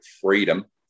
freedom